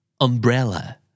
Umbrella